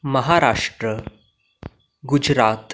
Maharashtra Gujarat